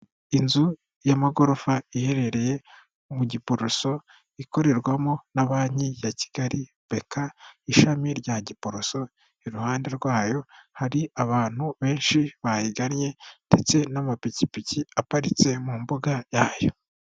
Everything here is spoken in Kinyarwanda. Inzu y'amagorofa iherereye mu Giporoso ikorerwamo na banki ya Kigali beka ishami rya Giporoso iruhande rwayo hari abantu benshi bayigannye, ndetse n'amapikipiki aparitse mu mbuga yayo.